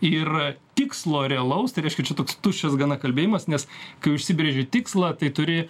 ir tikslo realaus tai reiškia čia toks tuščias gana kalbėjimas nes kai užsibrėži tikslą tai turi